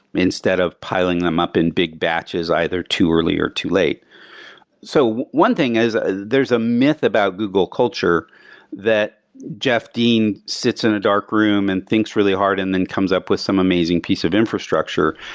instead of piling them up in big batches either too early or too late so one thing is ah there's a myth about google culture that jeff dean sits in a dark room and thinks really hard and then comes up with some amazing piece of infrastructure.